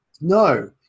no